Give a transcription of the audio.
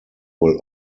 will